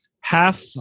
half